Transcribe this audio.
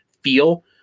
feel